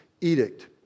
edict